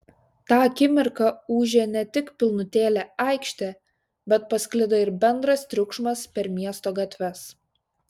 tą akimirką ūžė ne tik pilnutėlė aikštė bet pasklido ir bendras triukšmas per miesto gatves